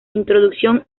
introducción